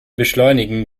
beschleunigen